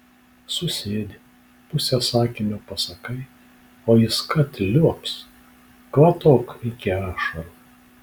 susėdi pusę sakinio pasakai o jis kad liuobs kvatok iki ašarų